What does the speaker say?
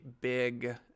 big